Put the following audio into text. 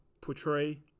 portray